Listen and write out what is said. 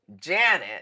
Janet